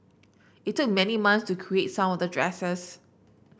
it took many months to create some of the dresses